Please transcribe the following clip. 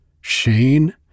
Shane